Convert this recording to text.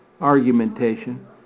argumentation